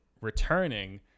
returning